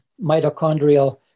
mitochondrial